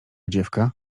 dziewka